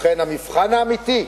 לכן המבחן האמיתי: